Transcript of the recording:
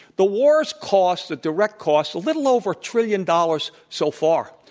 the wars cost the direct cost a little over a trillion dollars so far.